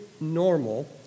normal